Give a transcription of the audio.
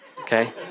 Okay